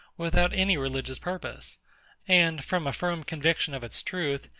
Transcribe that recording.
without any religious purpose and, from a firm conviction of its truth,